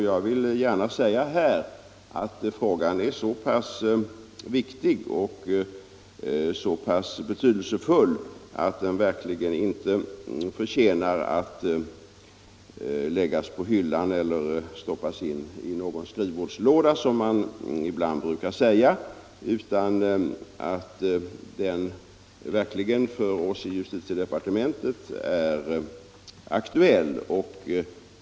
Jag vill gärna säga här att frågan är så pass viktig och så pass betydelsefull att den 119 verkligen inte förtjänar att läggas på hyllan eller stoppas ned i någon skrivbordslåda, som man ibland brukar säga, utan att den för oss i justitiedepartementet verkligen är aktuell.